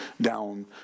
down